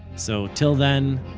so till then,